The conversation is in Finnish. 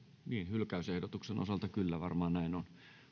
hylkäysehdotuksen osalta kyllä varmaan näin on